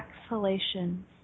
exhalation